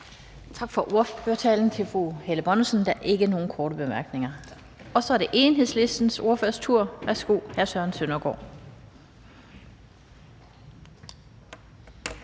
for ordførertalen. Der er ikke nogen korte bemærkninger. Så er det Enhedslistens ordførers tur. Værsgo, hr. Søren Søndergaard.